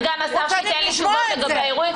זה לא פייר.